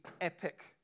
epic